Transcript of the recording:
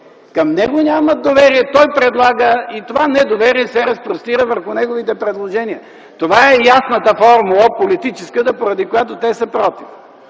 Към него те нямат доверие, той предлага и това недоверие се разпростира върху неговите предложения. Това е ясната политическа форма, поради която те са против.